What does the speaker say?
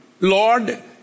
Lord